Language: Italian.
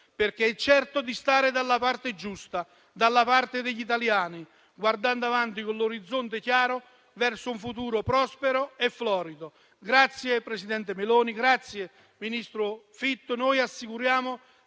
perché è certo di stare dalla parte giusta, dalla parte degli italiani, guardando avanti l'orizzonte chiaro, verso un futuro prospero e florido. Grazie presidente Meloni, grazie ministro Fitto,